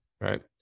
Right